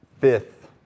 fifth